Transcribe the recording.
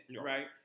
right